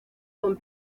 con